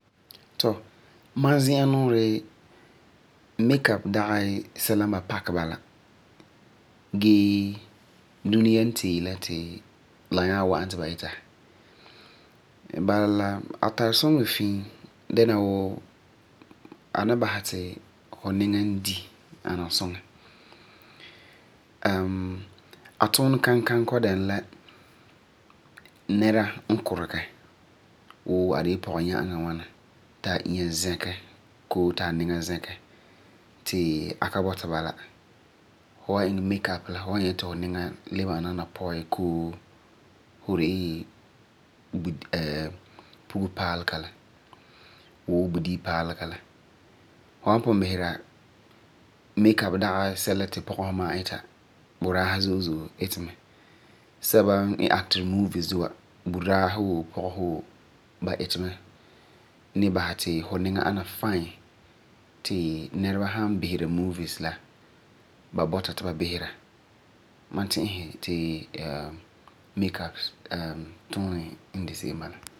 Tɔ, mam zi'an nuurɛ makeup dagi sɛla n ba pakɛ bala gee duneya n tɛɛ la ti la nyaa wa'am la ti ba ita. Bala la a tari suŋeri fii dɛna wuu a ni basɛ ti fu niŋa di ana suŋa. a tuunɛ kankaŋi kɔ'ɔm dɛna la nɛra n kurege wuu a de la pɔgeya'aŋa ŋwana ti a inya zɛkɛ koo ti a niŋa zɛkɛ ti a ka bɔta bala. Fu san iŋɛ makeup la fu wan nyɛ ti fu niŋa me le ana ŋwana pɔi koo fu de la pugepaalega la bii budibepaalega la. Fu san pun bisera makeup ka de sɛla ti pɔgesi ma'a ita gee budaasi mi iti makeup me. Sɛba n it movie duma la ba iti makeup duma mɛ ti la basɛ ti nɛreba san bisera movies la ba bɔta ti ba bisera. Ma ti'isi ti makeup tuunɛ n de se'em bala.